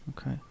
Okay